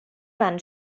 van